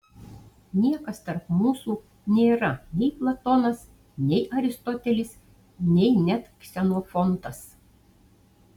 niekas tarp mūsų nėra nei platonas nei aristotelis nei net ksenofontas